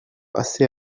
assez